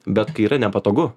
bet kai yra nepatogu